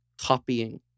copying